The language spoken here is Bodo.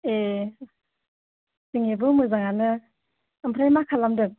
ए जोंनियाबो मोजाङानो ओमफ्राय मा खालामदों